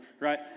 right